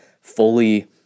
fully